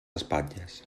espatlles